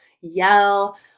yell